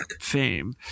fame